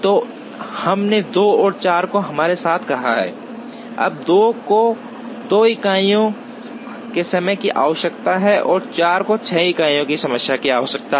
तो हमने 2 और 4 को हमारे साथ कहा है अब 2 को 2 इकाइयों के समय की आवश्यकता है 4 को 6 इकाइयों के समय की आवश्यकता है